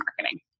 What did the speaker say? marketing